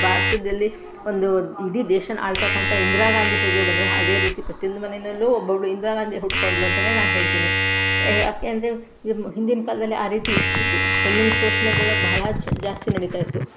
ಭಾರತದಲ್ಲಿ ಒಂದು ಇಡೀ ದೇಶನ ಆಳ್ತಕ್ಕಂಥ ಇಂದಿರಾಗಾಂಧಿ ಹೇಗೆ ಬಂದರೋ ಅದೇ ರೀತಿ ಪ್ರತಿಯೊಂದು ಮನೆಯಲ್ಲೂ ಒಬ್ಬೊಬ್ಬಳು ಇಂದಿರಾಗಾಂಧಿ ಹುಟ್ಕೊಂಡ್ಲು ಅಂತಲೇ ನಾನು ಹೇಳ್ತೀನಿ ಯಾಕೆಂದರೆ ಹಿಂದಿನ ಕಾಲದಲ್ಲಿ ಆ ರೀತಿ ಇರ್ತಿತ್ತು ಹೆಣ್ಣಿನ ಶೋಷಣೆ ಕೂಡ ಬಹಳಾ ಜಾಸ್ತಿ ನಡಿತಾಯಿತ್ತು